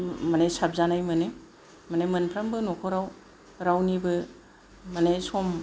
माने साबजानाय मोनो माने मोनफ्रोमबो नख'राव रावनिबो माने सम